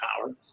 power